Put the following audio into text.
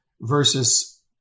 versus